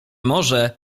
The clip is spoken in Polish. może